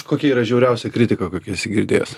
kokia yra žiauriausia kritika kokią esi girdėjęs